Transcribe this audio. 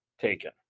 taken